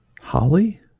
Holly